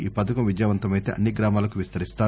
ఈ పథకం విజయవంతమైతే అన్ని గ్రామాలకు విస్తరిస్తారు